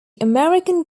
american